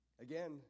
Again